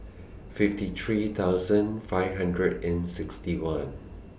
fifty three thousand five hundred and sixty one